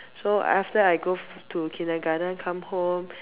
so after I go to Kindergarten come home